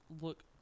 look